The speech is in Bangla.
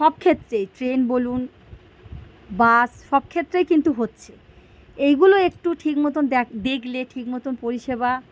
সবক্ষেত্রে ট্রেন বলুন বাস সবক্ষেত্রেই কিন্তু হচ্ছে এইগুলো একটু ঠিকমতন দেক দেখলে ঠিকমতন পরিষেবা